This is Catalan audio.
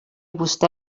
vostè